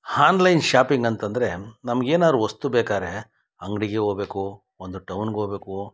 online shopping ಅಂತಂದರೆ ನಮ್ಗೆ ಏನಾದ್ರು ವಸ್ತು ಬೇಕಾದ್ರೆ ಅಂಗಡಿಗೆ ಹೋಗ್ಬೇಕು ಒಂದು ಟೌನ್ಗೆ ಹೋಗ್ಬೇಕು